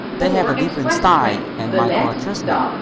they have a different style, and micro-adjustments.